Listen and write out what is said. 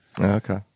Okay